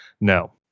no